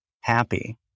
happy